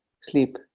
sleep